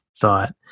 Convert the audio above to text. thought